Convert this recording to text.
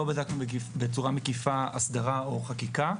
לא בדקנו בצורה מקיפה הסדרה או חקיקה,